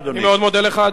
אני מאוד מודה לך, אדוני.